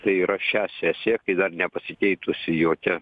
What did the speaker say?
tai yra šią sesiją kai dar nepasikeitusi jokia